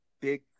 big